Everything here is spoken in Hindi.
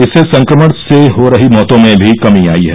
इससे संक्रमण से हो रही मौतों में भी कमी आई है